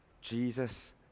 Jesus